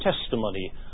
testimony